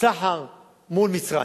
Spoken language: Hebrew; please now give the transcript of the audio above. הסחר עם מצרים,